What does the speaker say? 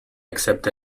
except